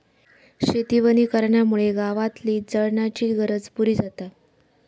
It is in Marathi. शेती वनीकरणामुळे गावातली जळणाची गरज पुरी जाता